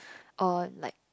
or like